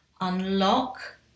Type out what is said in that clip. unlock